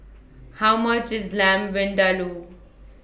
How much IS Lamb Vindaloo